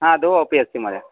हा दो अपि अस्य महोदय